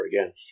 again